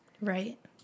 right